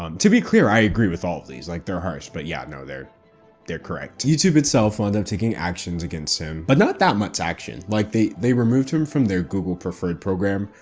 um to be clear, i agree with all these. like they're harsh, but yeah, no, they're they're correct. youtube itself wound up taking actions against him, but not that much action. like they they removed him from their google preferred program,